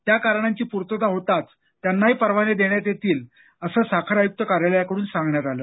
त्या कारणांची पूर्तता होताच त्यांनाही परवाने देण्यात येतील असं साखर आय़्क्त कार्यालयाकडून सांगण्यात आलं